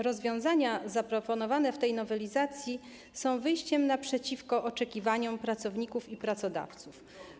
Rozwiązania zaproponowane w tej nowelizacji są wyjściem naprzeciw oczekiwaniom pracowników i pracodawców.